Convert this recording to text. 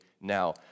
now